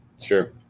sure